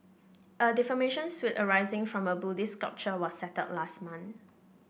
a defamation suit arising from a Buddhist sculpture was settled last month